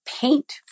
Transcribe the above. paint